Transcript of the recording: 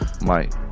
Mike